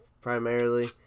primarily